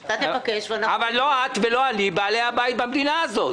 אבל לא את ולא אני בעלי הבית במדינה הזאת.